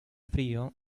frío